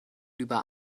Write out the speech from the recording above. über